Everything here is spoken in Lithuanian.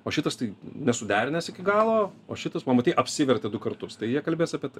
o šitas tai nesuderinęs iki galo o šitas va matei apsivertė du kartus tai jie kalbės apie tai